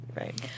Right